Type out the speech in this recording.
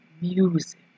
Music